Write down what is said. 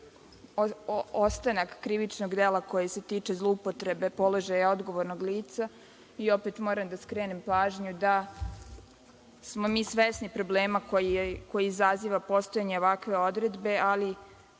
ostanak krivičnog dela koji se tiče zloupotrebe položaja odgovornog lica. Opet moram da skrenem pažnju da smo mi svesni problema koji izaziva postojanje ovakve odredbe, ali